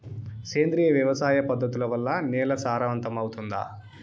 సేంద్రియ వ్యవసాయ పద్ధతుల వల్ల, నేల సారవంతమౌతుందా?